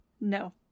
No